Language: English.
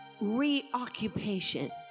reoccupation